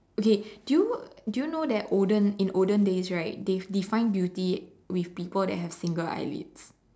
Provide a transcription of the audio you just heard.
okay do you do you know that olden in olden days right they define beauty with people that have single eyelids